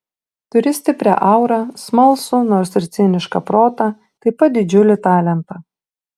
turi stiprią aurą smalsų nors ir cinišką protą taip pat didžiulį talentą